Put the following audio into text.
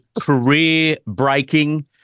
career-breaking